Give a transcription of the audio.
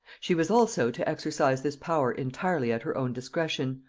she was also to exercise this power entirely at her own discretion,